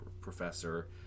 professor